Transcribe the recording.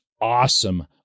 awesome